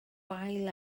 wael